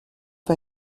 pas